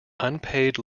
unpaid